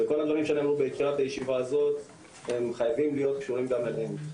וכל הדברים שנאמרו בתחילת הישיבה הזאת הם חייבים להיות קשורים לזה.